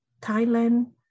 Thailand